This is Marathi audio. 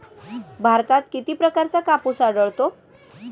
भारतात किती प्रकारचा कापूस आढळतो?